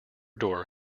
door